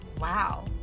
wow